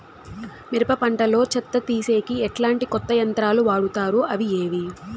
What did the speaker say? మిరప పంట లో చెత్త తీసేకి ఎట్లాంటి కొత్త యంత్రాలు వాడుతారు అవి ఏవి?